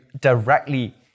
directly